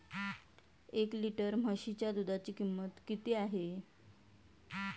एक लिटर म्हशीच्या दुधाची किंमत किती आहे?